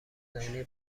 زمینی